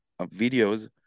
videos